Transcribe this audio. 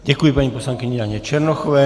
Děkuji paní poslankyni Janě Černochové.